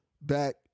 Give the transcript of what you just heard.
back